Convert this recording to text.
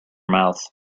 mouth